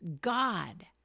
God